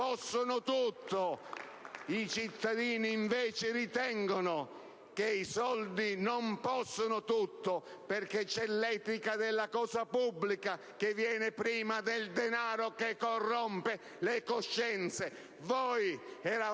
Gruppo IdV).* I cittadini ritengono invece che i soldi non possono tutto, perché c'è l'etica della cosa pubblica che viene prima del denaro, che corrompe le coscienze. Voi eravate,